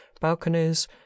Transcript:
balconies